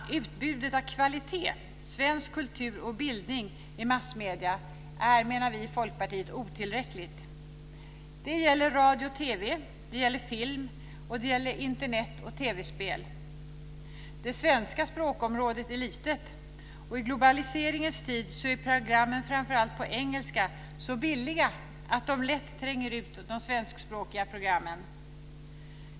Utbudet av kvalitet, svensk kultur och bildning i massmedierna är, menar vi i Folkpartiet, otillräckligt. Det gäller radio och TV. Det gäller film, och det gäller Internet och TV-spel. Det svenska språkområdet är litet, och i globaliseringens tid är programmen på framför allt engelska så billiga att de lätt tränger ut de svenskspråkiga programmen.